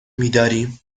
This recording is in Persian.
میداریم